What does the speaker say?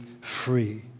free